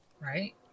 right